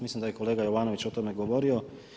Mislim da je i kolega Jovanović o tome govorio.